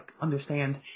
understand